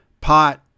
pot